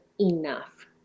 enough